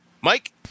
Mike